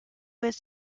its